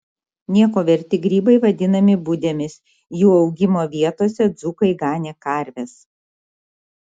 nieko verti grybai vadinami budėmis jų augimo vietose dzūkai ganė karves